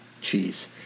cheese